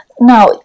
now